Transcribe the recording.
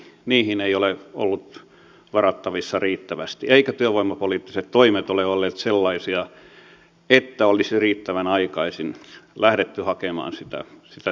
niihin ei ole ollut varattavissa riittävästi eivätkä työvoimapoliittiset toimet ole olleet sellaisia että olisi riittävän aikaisin lähdetty hakemaan sitä työpaikkaa